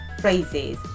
phrases